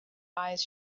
eyes